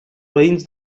veïns